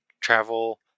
travel